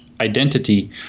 identity